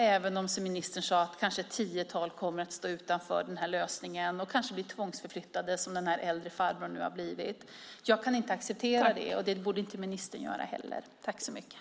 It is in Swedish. Även om, som ministern sade, det kanske bara är ett tiotal som kommer att stå utanför denna lösning och kanske blir tvångsförflyttade som den äldre farbrodern nu har blivit kan jag inte acceptera det. Det borde inte heller ministern göra.